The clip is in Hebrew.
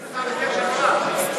אני מקשיב לך בקשב רב.